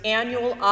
annual